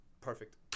Perfect